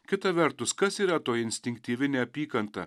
kita vertus kas yra toji instinktyvi neapykanta